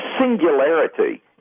singularity